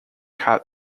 had